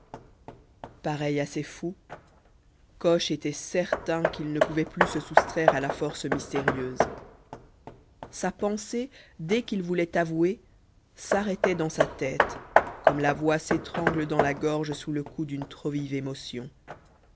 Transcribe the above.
pareil à ces fous coche était certain qu'il ne pouvait plus se soustraire à la force mystérieuse sa pensée dès qu'il voulait avouer s'arrêtait dans sa tête comme la voix s'étrangle dans la gorge sous le coup d'une trop vive émotion